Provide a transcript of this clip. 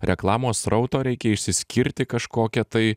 reklamos srauto reikia išsiskirti kažkokia tai